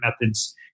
methods